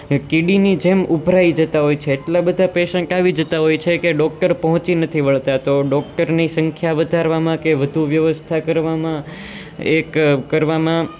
એ કીડીની જેમ ઉભરાઈ જતાં હોય છે એટલા બધા પેશન્ટ આવી જતાં હોય છે કે ડૉક્ટર પહોંચી નથી વળતા તો ડોક્ટરની સંખ્યા વધારવામાં કે વધુ વ્યવસ્થા કરવામાં એક કરવામાં